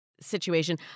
situation